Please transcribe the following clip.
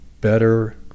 better